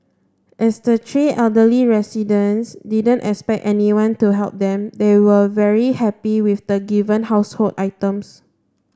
as the three elderly residents didn't expect anyone to help them they were very happy with the given household items